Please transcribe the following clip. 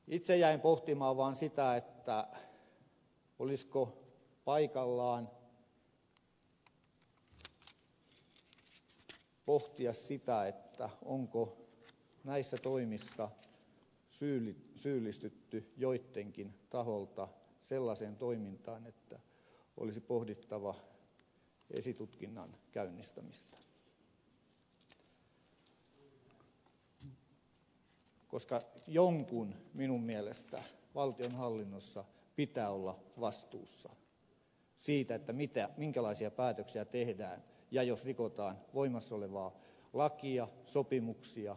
itse jäin pohtimaan vaan sitä olisiko paikallaan pohtia sitä onko näissä toimissa syyllistytty joittenkin taholta sellaiseen toimintaan että olisi pohdittava esitutkinnan käynnistämistä koska jonkun minun mielestäni valtionhallinnossa pitää olla vastuussa siitä minkälaisia päätöksiä tehdään ja siitä jos rikotaan voimassa olevaa lakia sopimuksia ohjeistusta